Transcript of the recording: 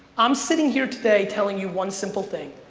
i'm sitting here today telling you one simple thing.